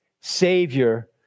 Savior